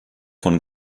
von